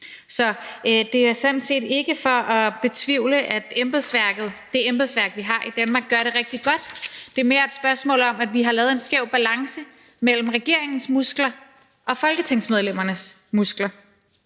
Så det er sådan set ikke for at betvivle, at embedsværket, det embedsværk, vi har i Danmark, gør det rigtig godt; det er mere et spørgsmål om, at vi har lavet en skæv balance mellem regeringens muskler og folketingsmedlemmernes muskler.